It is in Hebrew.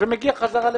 ומגיע בחזרה לכאן.